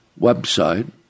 website